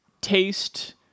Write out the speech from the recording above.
taste